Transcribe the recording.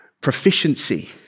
proficiency